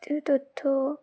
যে তথ্য